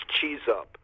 cheese-up